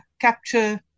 capture